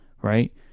right